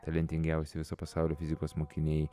talentingiausi viso pasaulio fizikos mokiniai